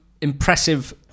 impressive